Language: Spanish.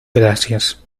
gracias